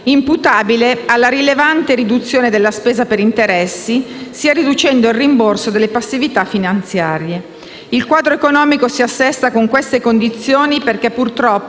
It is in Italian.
imputabile alla rilevante riduzione della spesa per interessi, sia riducendo il rimborso delle passività finanziarie. Il quadro economico si assesta con queste condizioni perché, purtroppo,